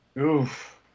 Oof